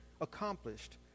accomplished